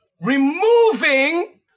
removing